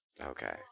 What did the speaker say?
Okay